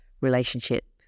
relationship